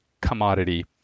commodity